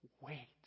wait